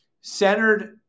centered